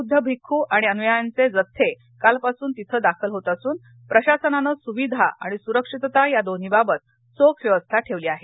बौद्ध भिक्खू आणि अनुयायांचे जथ्थे कालपासूनच तिथ दाखल होत असून प्रशासनानं सुविधा आणि सुरक्षितता या दोन्हीबाबत चोख व्यवस्था ठेवली आहे